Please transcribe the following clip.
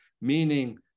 Meaning